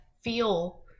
feel